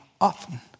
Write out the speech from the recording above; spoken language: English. often